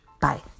Bye